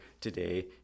today